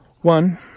One